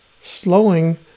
Slowing